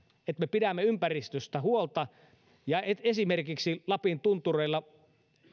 että me pidämme ympäristöstä huolta ja esimerkiksi lapin tuntureilla